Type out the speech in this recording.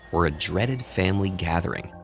or a dreaded family gathering?